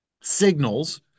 signals